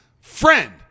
friend